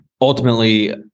ultimately